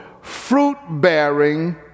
fruit-bearing